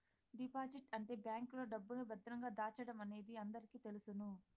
deposit అంటే బ్యాంకులో డబ్బును భద్రంగా దాచడమనేది అందరికీ తెలుసును